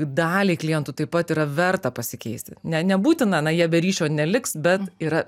daliai klientų taip pat yra verta pasikeisti ne nebūtina na jie be ryšio neliks bet yra